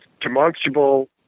demonstrable